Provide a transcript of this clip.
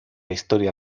historia